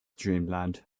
dreamland